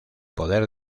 poder